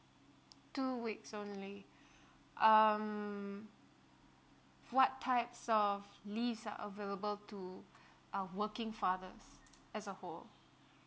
two weeks only um what types of leave are available to uh working fathers as a whole